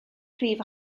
prif